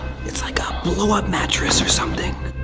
it's like a blow up mattress or something.